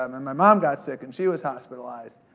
um and my mom got sick. and she was hospitalized,